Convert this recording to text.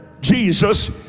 Jesus